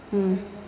mm